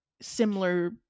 similar